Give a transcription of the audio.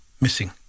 missing